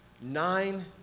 nine